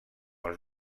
els